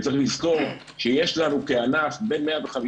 צריך לזכור: כשיש לנו כענף בין 150